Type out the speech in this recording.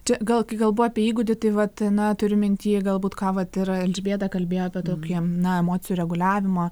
čia gal kai kalbu apie įgūdį tai vat na turiu minty galbūt ką vat ir elžbieta kalbėjo apie tokį na emocijų reguliavimą